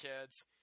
kids